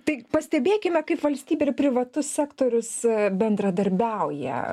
tai pastebėkime kaip valstybė ir privatus sektorius bendradarbiauja